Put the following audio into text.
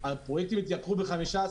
שהפרויקטים התייקרו ב-15%.